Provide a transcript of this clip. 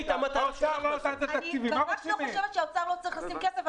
האוצר לא נתן תקציבים,